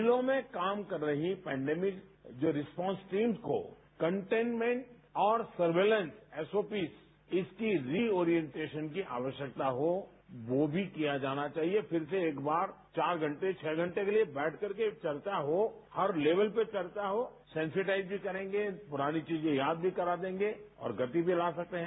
जिलों में क्यम कर रही पेनडेमिक जो रिस्पोन्स टीम को कंटेनमेंट और सर्विलेस एस ओ पीस इसकी रिओरियेन्टेशन की आदस्यकता रो वो भी किया जाना चाहिए किर से एक बार चार घंटे छह घंटे के लिए बैठकर के चर्चा हो हर लेकल पर चर्चा हो सेंसिडाइव नी करेंगे पुरानी चीजे याद नी करा देंगे और गति नी ला सकते हैं